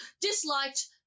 disliked